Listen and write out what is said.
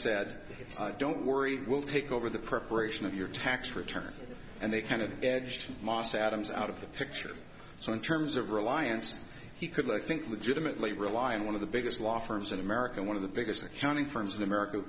i don't worry we'll take over the preparation of your tax returns and they kind of edged moss adams out of the picture so in terms of reliance he could like think legitimately rely on one of the biggest law firms in america one of the biggest accounting firms in america